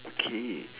okay